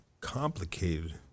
complicated